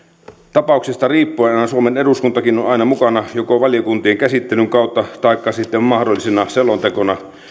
tapauksesta riippuen on on suomen eduskuntakin aina mukana joko valiokuntien käsittelyn kautta taikka sitten mahdollisena selontekona